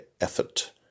effort